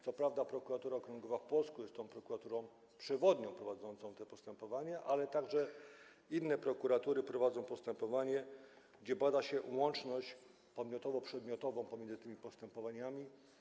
Co prawda Prokuratura Okręgowa w Płocku jest przewodnią prokuraturą prowadzącą te postępowania, ale także inne prokuratury prowadzą postępowania, w którym bada się łączność podmiotowo-przedmiotową pomiędzy tymi postępowaniami.